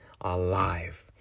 alive